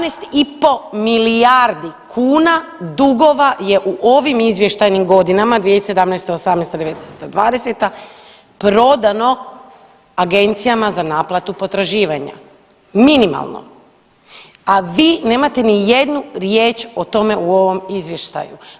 17 i pol milijardi kuna dugova je u ovim izvještajnim godinama 2017., 2018., 2019., 2020. prodano Agencijama za naplatu potraživanja minimalno, a vi nemate ni jednu riječ o tome u ovom izvještaju.